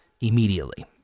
immediately